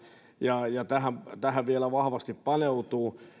ja ja tähän tähän vielä vahvasti paneutuu